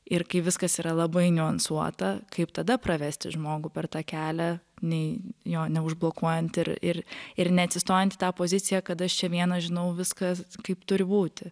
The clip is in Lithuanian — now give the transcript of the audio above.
ir kai viskas yra labai niuansuota kaip tada pravesti žmogų per tą kelią nei jo neužblokuojant ir ir ir neatsistojant į tą poziciją kad aš čia viena žinau viskas kaip turi būti